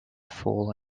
full